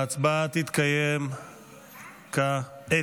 ההצבעה תתקיים כעת.